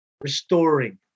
restoring